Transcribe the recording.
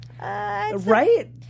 Right